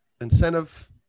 incentive